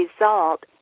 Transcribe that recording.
result